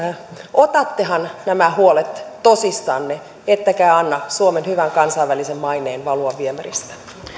otattehan nämä huolet tosissanne ettekä anna suomen hyvän kansainvälisen maineen valua viemäristä